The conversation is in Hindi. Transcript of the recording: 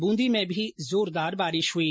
ब्रेदी में भी जोरदार बारिश हुई